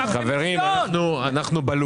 חברים, אנחנו ב-לופ.